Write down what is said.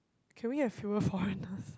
can we have fewer foreigners